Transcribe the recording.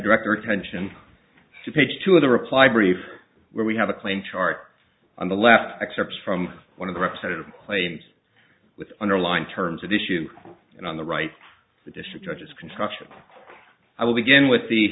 direct your attention to page two of the reply brief where we have a claim chart on the left of excerpts from one of the representative claims with underlined terms of the issue and on the right the district judges construction i will begin with the